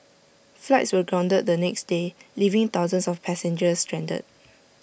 flights were grounded the next day leaving thousands of passengers stranded